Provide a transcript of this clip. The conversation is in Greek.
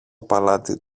παλάτι